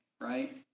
right